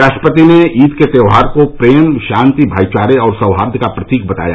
राष्ट्रपति ने ईद के त्यौहार को प्रेम शांति भाईचारे और सौहाई का प्रतीक बताया